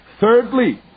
Thirdly